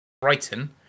Brighton